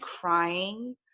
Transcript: crying